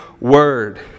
word